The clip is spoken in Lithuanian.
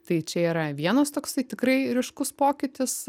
tai čia yra vienas toksai tikrai ryškus pokytis